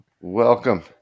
Welcome